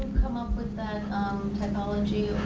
come up with that typology?